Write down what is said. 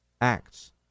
acts